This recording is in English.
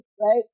right